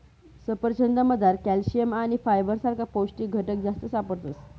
सफरचंदमझार कॅल्शियम आणि फायबर सारखा पौष्टिक घटक जास्त सापडतस